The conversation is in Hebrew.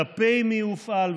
וכלפי מי הוא הופעל.